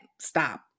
stop